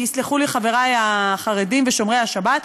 יסלחו לי חברי החרדים ושומרי השבת,